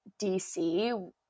DC